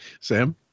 Sam